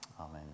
Amen